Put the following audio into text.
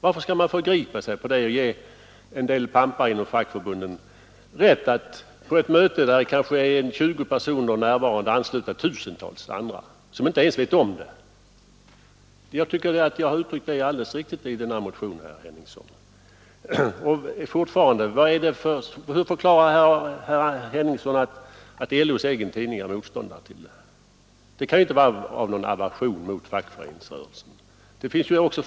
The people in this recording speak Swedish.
Varför skall man förgripa sig på människorna och ge en del pampar inom fackförbunden rätt att på ett möte där kanske 20 personer är närvarande ansluta tusentals andra, som inte ens vet om att detta sker? Jag tycker att jag har uttryckt mig alldeles riktigt i motionen, herr Henningsson. Hur förklarar herr Henningsson att LO:s egen tidning är motståndare till kollektivanslutning? Det kan inte bero på någon aversion mot fackföreningsrörelsen.